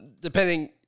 depending